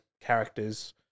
characters